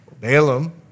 Balaam